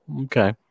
Okay